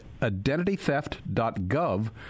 identitytheft.gov